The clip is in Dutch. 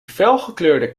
felgekleurde